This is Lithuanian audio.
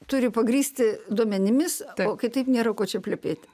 turi pagrįsti duomenimis kitaip nėra ko čia plepėti